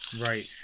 Right